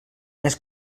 més